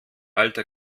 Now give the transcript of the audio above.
alte